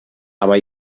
aber